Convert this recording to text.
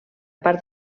part